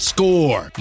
Score